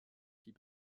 fit